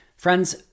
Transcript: Friends